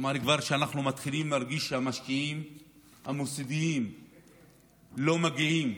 אמר שכבר מתחילים להרגיש שהמשקיעים המוסדיים לא מגיעים,